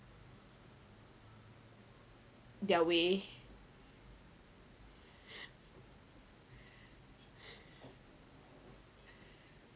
their way